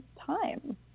time